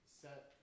set